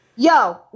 Yo